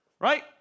Right